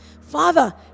Father